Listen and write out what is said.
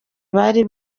bari